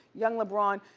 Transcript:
young lebron,